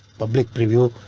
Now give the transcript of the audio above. public preview